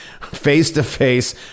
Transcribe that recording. face-to-face